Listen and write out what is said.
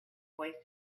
boy